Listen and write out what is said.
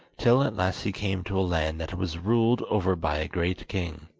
till at last he came to a land that was ruled over by a great king.